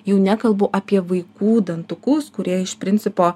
jau nekalbu apie vaikų dantukus kurie iš principo